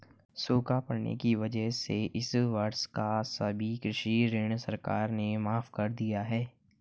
सूखा पड़ने की वजह से इस वर्ष का सभी कृषि ऋण सरकार ने माफ़ कर दिया है